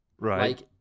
Right